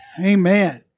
Amen